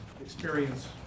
experience